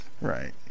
Right